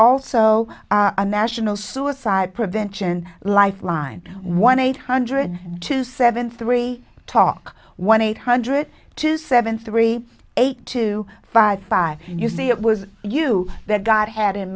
also a national suicide prevention lifeline one eight hundred two seven three talk one eight hundred two seven three eight two five five you see it was you that god had in